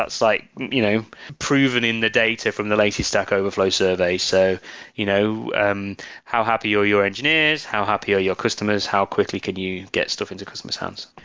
that's like you know proving in the data from the latest stack overflow survey. so you know um how happy are your engineers? how happy are your customers? customers? how quickly can you get stuff into customers' hands?